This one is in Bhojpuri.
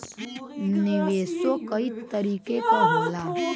निवेशो कई तरीके क होला